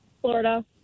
Florida